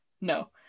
no